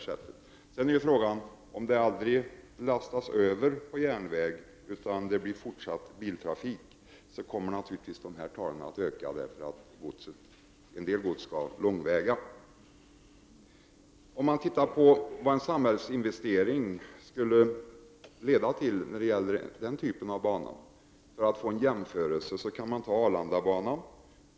Om godset aldrig lastas över på järnväg, utan det blir fortsatt biltrafik, kommer naturligtvis dessa tal att öka, eftersom en del gods skall fraktas lång väg. Om man ser till vad en samhällsinvestering skulle leda till för denna typ av bana kan man som en jämförelse ta Arlanda-banan.